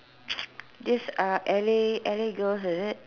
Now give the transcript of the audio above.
this uh L A L A girl is it